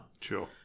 Sure